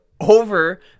over